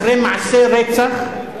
אחרי מעשה רצח,